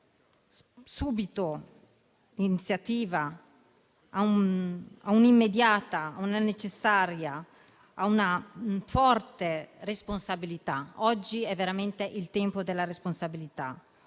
subito l'iniziativa a un'immediata, a una necessaria, a una forte responsabilità. Oggi è veramente il tempo della responsabilità.